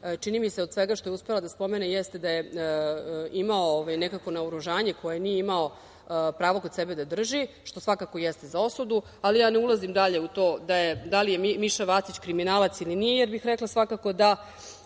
čini mi se od svega što je uspela da spomene jeste da je imao nekakvo naoružanje koje nije imao pravo kod sebe da drži, što svakako jeste za osudu, ali ja ne ulazim dalje u to da li je Miša Vacić kriminalac ili nije, jer bih svakako rekla